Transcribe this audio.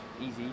easy